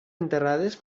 enterrades